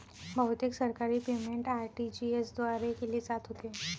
बहुतेक सरकारी payment RTGS द्वारे केले जात होते